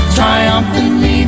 triumphantly